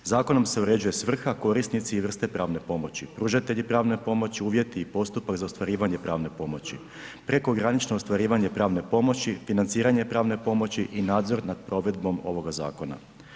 Zakonom se uređuje svrha, korisnici, vrste pravne pomoći, pružatelji pravne pomoći, uvjeti i postupak za ostvarivanje pravne pomoći, prekogranično ostvarivanje pravne pomoći, financiranje pravne pomoći i nadzor nad provedbom ovoga zakona.